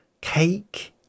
cake